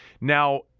Now